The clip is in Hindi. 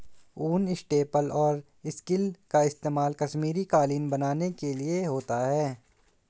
ऊन, स्टेपल और सिल्क का इस्तेमाल कश्मीरी कालीन बनाने के लिए होता है